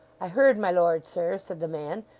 i heard my lord, sir said the man,